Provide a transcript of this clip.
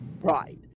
Right